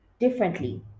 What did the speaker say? differently